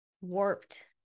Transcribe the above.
warped